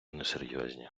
несерйозні